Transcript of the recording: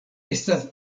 estas